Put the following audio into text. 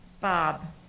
Bob